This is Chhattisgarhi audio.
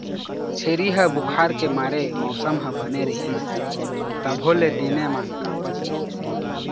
छेरी ह बुखार के मारे मउसम ह बने रहिस तभो ले दिनेमान काँपत रिहिस हे